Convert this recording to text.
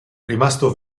rimasto